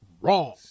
Wrong